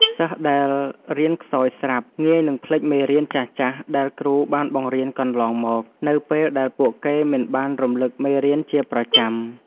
សិស្សដែលរៀនខ្សោយស្រាប់ ងាយនឹងភ្លេចមេរៀនចាស់ៗដែលគ្រូបានបង្រៀនកន្លងមក នៅពេលដែលពួកគេមិនបានរំលឹកមេរៀនជាប្រចាំ។